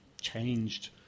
changed